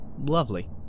Lovely